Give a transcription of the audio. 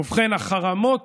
ובכן, החרמות